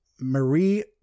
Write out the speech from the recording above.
Marie